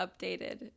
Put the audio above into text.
updated